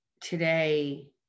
today